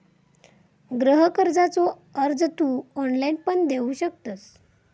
गृह कर्जाचो अर्ज तू ऑनलाईण पण देऊ शकतंस